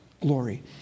glory